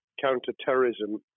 counter-terrorism